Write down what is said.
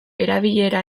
erabilera